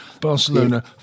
Barcelona